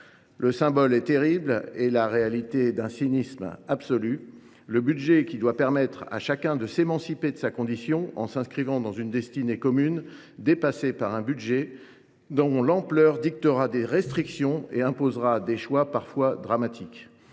Le symbole est terrible et la réalité, d’un cynisme absolu : le budget qui doit permettre à chacun de s’émanciper de sa condition en s’inscrivant dans une destinée commune sera dépassé par un budget dont l’ampleur dictera des restrictions et imposera des choix parfois dramatiques.